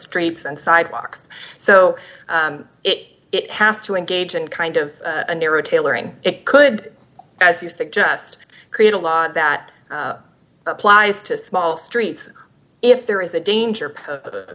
streets and sidewalks so it has to engage in kind of a narrow tailoring it could as you suggest create a law that applies to small streets if there is a danger of